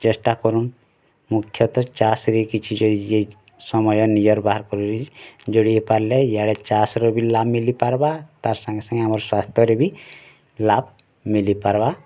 ଚେଷ୍ଟା କରୁନ୍ ମୁଖ୍ୟତଃ ଚାଷ୍ ରେ କିଛି ସମୟ ନିଜର୍ ବାହାର୍ ଯୋଡ଼ି ହେଇ ପାରିଲେ ଇଆଡ଼େ ଚାଷ୍ ର ବି ଲାଭ୍ ମିଲି ପାରବା ତାର୍ ସାଙ୍ଗେ ସାଙ୍ଗେ ଆମର୍ ସ୍ଵାସ୍ଥ୍ୟ ର ବି ଲାଭ୍ ମିଲି ପାରବା